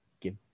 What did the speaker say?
give